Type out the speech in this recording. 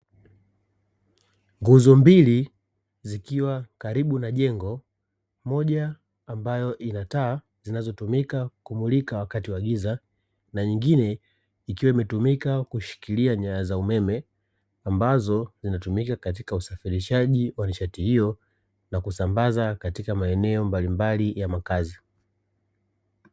Nguzo mbili zikiwa karibu na jengo, moja ambayo ina taa zinazotumika kumulika wakati wa giza, na nyingine ikiwa imetumika kushikilia nyaya za umeme, ambazo zinatumika katika usafirishaji wa nishati hiyo na kusambaza katika maeneo mbalimbali ya makazi.